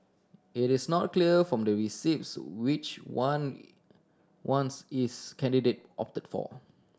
it is not clear from the receipts which one ones each candidate opted for